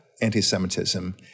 anti-semitism